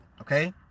Okay